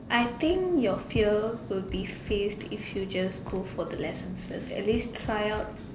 I think your fear will be faced if you just go for the lessons at least try out